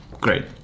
Great